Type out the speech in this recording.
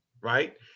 right